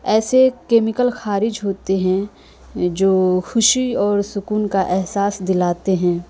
ایسے کیمیکل خارج ہوتے ہیں جو خوشی اور سکون کا احساس دلاتے ہیں